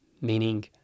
meaning